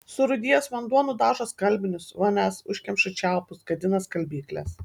surūdijęs vanduo nudažo skalbinius vonias užkemša čiaupus gadina skalbykles